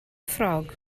ffrog